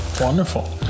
Wonderful